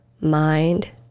Mind